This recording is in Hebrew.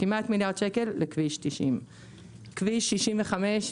כמעט מיליארד שקל לכביש 90. כביש 65,